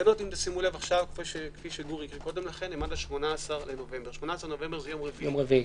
התקנות הן עד 18 בנובמבר, יום רביעי.